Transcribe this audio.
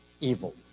evil